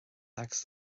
agus